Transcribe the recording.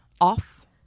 off